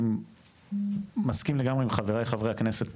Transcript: אני מסכים לגמרי עם חבריי חברי הכנסת פה.